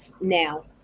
now